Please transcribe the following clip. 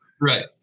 Right